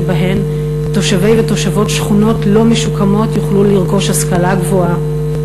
שבהן תושבות ותושבי שכונות לא משוקמות יוכלו לרכוש השכלה גבוהה,